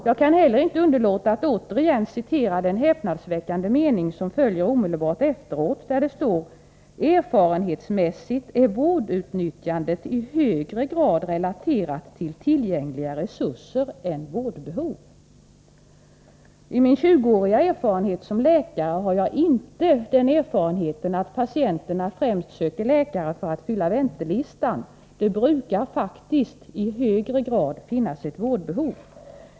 Jag kan heller inte underlåta att återigen citera den häpnadsväckande mening som följer omedelbart efteråt: ”Erfarenhetsmässigt är vårdutnyttjandet i högre grad relaterat till tillgängliga resurser än vårdbehov.” I min 20-åriga verksamhet som läkare har jag inte den erfarenheten att patienterna främst söker läkare för att fylla väntelistan. Det brukar faktiskt i högre grad finnas ett vårdbehov.